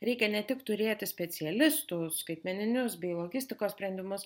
reikia ne tik turėti specialistų skaitmeninius bei logistikos sprendimus